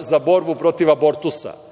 za borbu protiv abortusa,